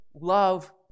love